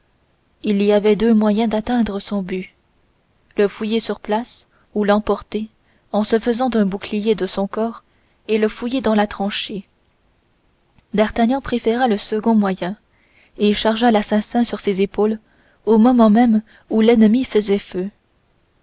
il y avait deux moyens d'arriver à son but le fouiller sur la place ou l'emporter en se faisant un bouclier de son corps et le fouiller dans la tranchée d'artagnan préféra le second moyen et chargea l'assassin sur ses épaules au moment même où l'ennemi faisait feu